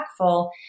impactful